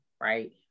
right